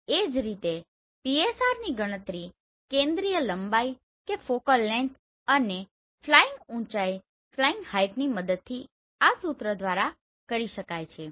એ જ રીતે PSRની ગણતરી કેન્દ્રીય લંબાઈ અને ફ્લાઈંગ ઉચાઇની મદદથી આ સુત્ર દ્વારા કરી શકાય છે